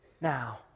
Now